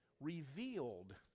revealed